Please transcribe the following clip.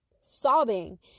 sobbing